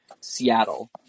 Seattle